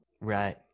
Right